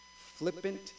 flippant